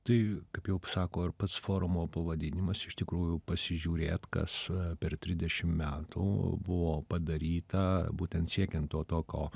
tai kaip jau sako ir pats forumo pavadinimas iš tikrųjų pasižiūrėt kas per trisdešimt metų buvo padaryta būtent siekiant to tokio